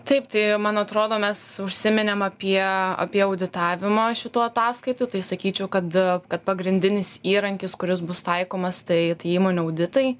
taip tai man atrodo mes užsiminėm apie apie auditavimą šitų ataskaitų tai sakyčiau kad kad pagrindinis įrankis kuris bus taikomas tai tai įmonių auditai